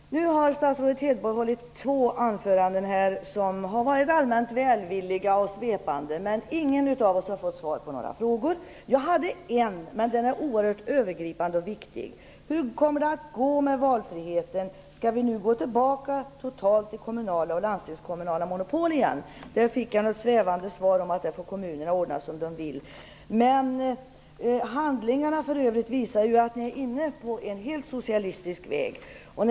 Fru talman! Nu har statsrådet Hedborg hållit två anföranden som har varit allmänt välvilliga och svepande. Men ingen av oss har fått några svar på våra frågor. Jag hade några frågor som är övergripande och viktiga. Hur kommer det att gå med valfriheten? Skall vi gå tillbaka totalt till kommunala och landstingskommunala monopol igen? Där fick jag något svepande svar om att kommunerna får ordna det som de vill. Men era handlingar visar att ni är helt inne på en socialistisk väg.